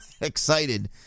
excited